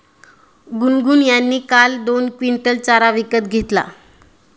गुनगुन यांनी काल दोन क्विंटल चारा विकत घेतला